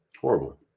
Horrible